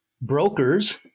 brokers